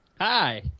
Hi